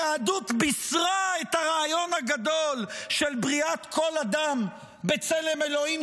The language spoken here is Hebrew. היהדות בישרה את הרעיון הגדול של בריאת כל אדם בצלם אלוהים,